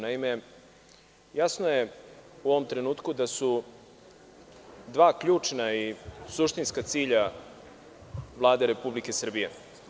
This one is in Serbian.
Naime, jasno je u ovom trenutku da su dva ključna i suštinska cilja Vlade Republike Srbije.